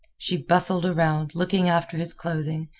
she bustled around, looking after his clothing,